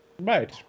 Right